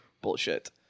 bullshit